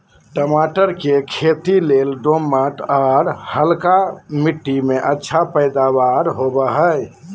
टमाटर के खेती लेल दोमट, आर हल्का मिट्टी में अच्छा पैदावार होवई हई